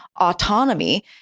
autonomy